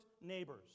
neighbors